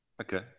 Okay